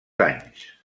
anys